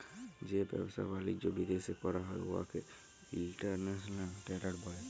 যে ব্যবসা বালিজ্য বিদ্যাশে ক্যরা হ্যয় উয়াকে ইলটারল্যাশলাল টেরেড ব্যলে